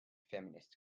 feminist